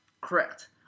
Correct